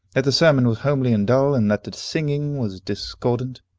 that the sermon was homely and dull, and that the singing was discordant.